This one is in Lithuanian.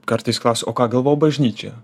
kartais klausia o ką galvoja bažnyčia